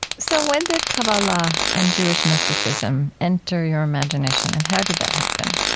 so when did kabbalah and jewish mysticism enter your imagination? and how did that happen?